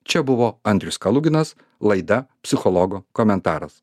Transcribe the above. čia buvo andrius kaluginas laida psichologo komentaras